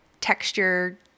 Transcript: texture